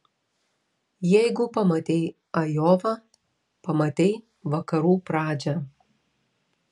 jeigu pamatei ajovą pamatei vakarų pradžią